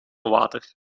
water